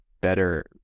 better